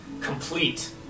complete